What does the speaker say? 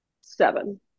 seven